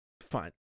fine